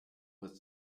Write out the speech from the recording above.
was